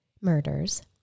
murders